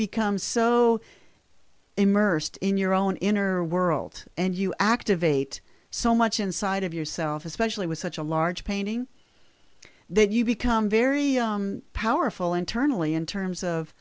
become so immersed in your own inner world and you activate so much inside of yourself especially with such a large painting then you become very powerful internally in terms of